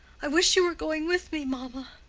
i wish you were going with me, mamma.